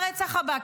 את הרצח הבא,